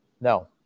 No